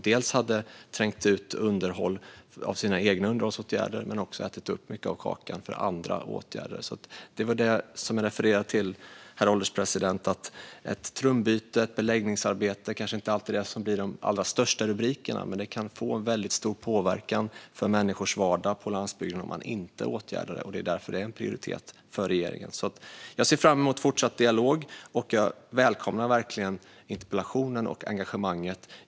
Dels hade det trängt ut egna underhållsåtgärder, dels hade det ätit upp mycket av kakan för andra åtgärder. Herr ålderspresident! Jag refererade till att ett trumbyte eller ett beläggningsarbete kanske inte alltid ger de allra största rubrikerna, men det kan få väldigt stor påverkan på människors vardag på landsbygden om sådana problem inte åtgärdas. Därför är det en prioritet för regeringen. Jag ser fram emot fortsatt dialog och välkomnar verkligen interpellationen och engagemanget.